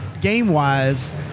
game-wise